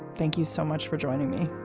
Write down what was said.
thank you so much for joining me.